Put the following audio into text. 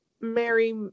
Mary